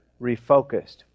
refocused